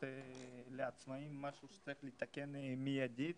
לעצמאים וזה משהו שצריך לתקן מיידית.